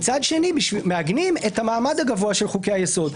ומצד שני מעגנים את המעמד הגבוה של חוקי היסוד,